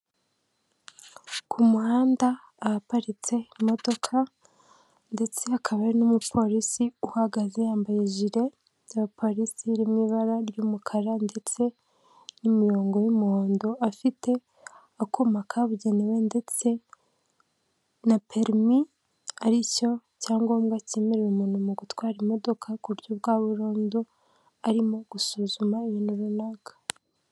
Ku muhanda ahaparitse imodoka ndetse hakaba hari n'umupolisi uhagaze yambaye ijire y'abapolisi iri mu ibara ry'umukara ndetse n'imirongo y'umuhondo, afite akuma kabugenewe ndetse na perimi ari cyo cyanyangombwa cyemerera umuntu mu gutwara imodoka ku buryo bwa burundu arimo gusuzuma ibintu runaka.